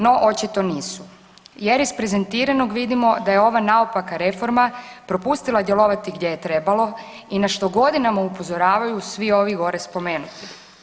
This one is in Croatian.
No, očito nisu jer iz prezentiranog vidimo da je ova naopaka reforma propustila djelovati gdje je trebalo i na što godinama upozoravaju svi ovi gore spomenuti.